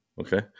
okay